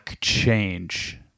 change